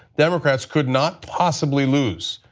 democrats could not possibly lose.